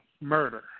murder